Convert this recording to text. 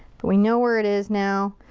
but we know where it is now.